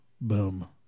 Boom